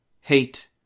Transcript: Hate